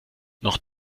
noch